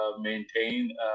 maintain